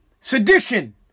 sedition